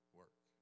work